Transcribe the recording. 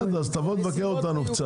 בסדר, אז תבוא לבקר אותנו קצת.